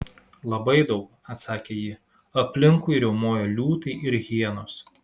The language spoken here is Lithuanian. labai daug atsakė ji aplinkui riaumojo liūtai ir hienos